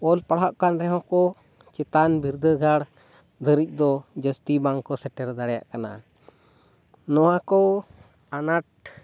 ᱚᱞ ᱯᱟᱲᱦᱟᱜ ᱠᱟᱱ ᱨᱮᱦᱚᱸ ᱠᱚ ᱪᱮᱛᱟᱱ ᱵᱤᱨᱫᱟᱹᱜᱟᱲ ᱫᱷᱟᱹᱨᱤᱡ ᱫᱚ ᱡᱟᱹᱥᱛᱤ ᱵᱟᱝ ᱠᱚ ᱥᱮᱴᱮᱨ ᱫᱟᱲᱮᱭᱟᱜ ᱠᱟᱱᱟ ᱱᱚᱣᱟ ᱠᱚ ᱟᱱᱟᱴ